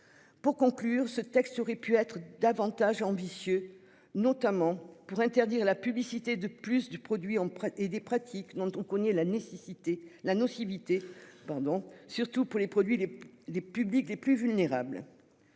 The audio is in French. Pour conclure ce texte aurait pu être davantage ambitieux notamment pour interdire la publicité de plus du produit on et des pratiques dont on connaît la nécessité la nocivité pardon, surtout pour les produits les les publics les plus vulnérables.